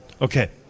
Okay